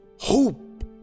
hope